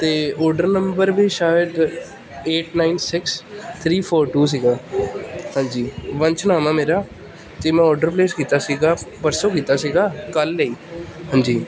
ਅਤੇ order number ਵੀ ਸ਼ਾਇਦ eight nine six three four two ਸੀਗਾ ਹਾਂਜੀ ਵੰਸ਼ ਨਾਮ ਹੈ ਮੇਰਾ ਅਤੇ ਮੈਂ ਔਡਰ ਪਲੇਸ ਕੀਤਾ ਸੀਗਾ ਪਰਸੋਂ ਕੀਤਾ ਸੀਗਾ ਕੱਲ੍ਹ ਲਈ ਹਾਂਜੀ